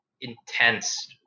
intense